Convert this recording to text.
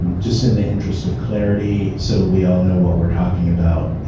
just in the interest of clarity so we all know what we are talking about,